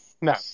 No